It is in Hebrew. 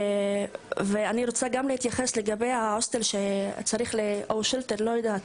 אני רוצה גם להתייחס להוסטל או שאלטר שצריך לקום בחיפה.